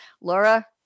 Laura